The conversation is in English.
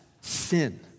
sin